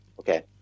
Okay